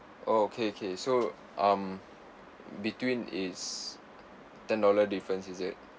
oh okay okay so um between is ten dollar difference is it